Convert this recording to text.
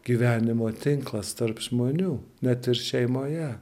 gyvenimo tinklas tarp žmonių net ir šeimoje